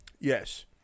yes